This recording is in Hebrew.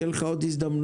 יהיו לך עוד הזדמנויות.